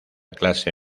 clase